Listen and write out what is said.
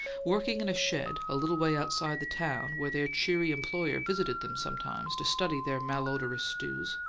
working in a shed a little way outside the town, where their cheery employer visited them sometimes to study their malodorous stews,